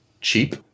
Cheap